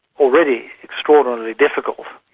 already extraordinarily difficult,